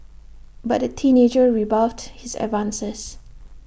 but the teenager rebuffed his advances